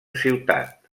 ciutat